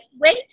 wait